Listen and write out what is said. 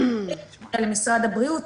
אומרים להם לפנות למשרד הבריאות.